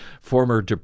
former